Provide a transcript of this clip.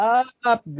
up